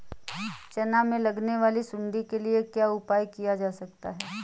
चना में लगने वाली सुंडी के लिए क्या उपाय किया जा सकता है?